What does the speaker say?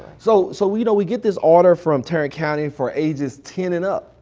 so so we know we get this order from tarrant county for ages ten and up,